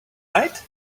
night